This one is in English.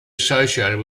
associated